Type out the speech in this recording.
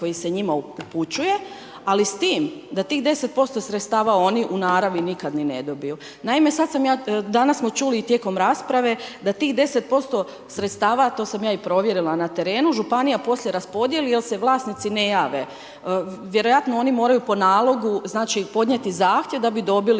koji se njima upućuje ali s tim da tih 10% sredstava oni u naravi nikad ni ne dobiju. Naime, sad ja, danas smo čuli tijekom rasprave da tih 10% sredstava, to sam ja i provjerila na terenu, županija poslije raspodijeli jer se vlasnici ne jave. Vjerojatno oni moraju po nalogu, znači podnijeti zahtjev da bi dobili